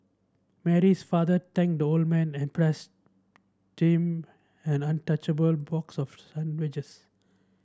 Mary's father thanked the old man and passed team an untouched a ball box of sandwiches